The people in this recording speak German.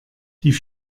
die